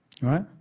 Right